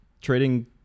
trading